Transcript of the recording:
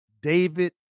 David